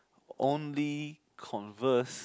only converse